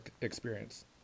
experience